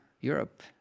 Europe